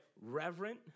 reverent